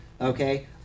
okay